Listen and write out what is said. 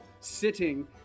sitting